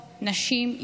נשים,